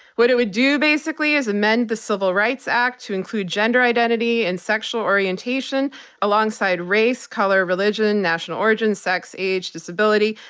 what it would, basically, is amend the civil rights act to include gender identity and sexual orientation alongside race, color, religion, national origin, sex, age, disability,